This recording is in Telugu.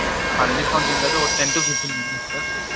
హల్దీ ఫంక్షన్కైతే ఓ ten to fifteen members sir